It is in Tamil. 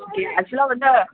ஓகே ஆக்சுவலாக வந்து